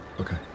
Okay